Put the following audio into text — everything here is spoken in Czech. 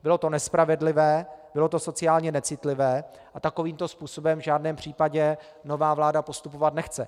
Bylo to nespravedlivé, bylo to sociálně necitlivé a takovýmto způsobem v žádném případě nová vláda postupovat nechce.